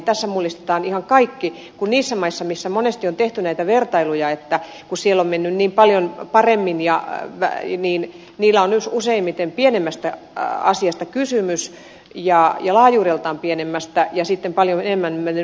tässä mullistetaan ihan kaikki kun niissä maissa missä monesti on tehty näitä vertailuja että siellä on mennyt niin paljon paremmin niillä on useimmiten pienemmästä laajuudeltaan pienemmästä asiasta kysymys ja paljon enemmän mennyt rahaa